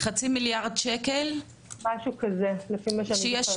חצי מיליארד שקל שיש בקרן.